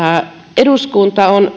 eduskunta on